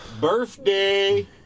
Birthday